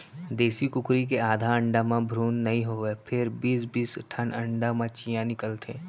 देसी कुकरी के आधा अंडा म भ्रून नइ होवय फेर बीस बीस ठन अंडा म चियॉं निकलथे